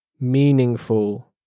meaningful